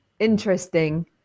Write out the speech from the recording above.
interesting